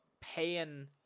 paying